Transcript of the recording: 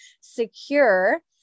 secure